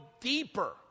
deeper